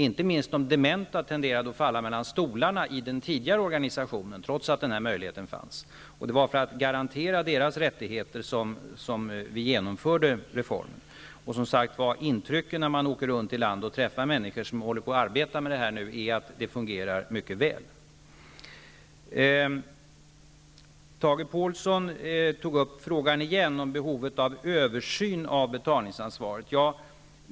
Inte minst de dementa tenderade att falla mellan stolarna i den tidigare organisationen, trots att denna möjlighet fanns. Det var för att garantera deras rättigheter som vi genomförde reformen. Intrycket när man åker runt i landet och träffar människor som arbetar med det här är att det fungerar mycket väl. Tage Påhlsson tog åter upp frågan om behovet av översyn av betalningsansvaret.